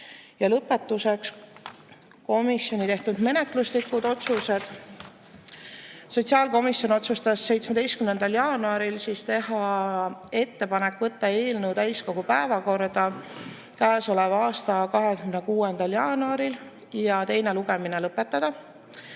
Lõpetuseks komisjoni tehtud menetluslikud otsused. Sotsiaalkomisjon otsustas 17. jaanuaril teha ettepaneku võtta eelnõu täiskogu päevakorda k.a 26. jaanuaril ja teine lugemine lõpetada.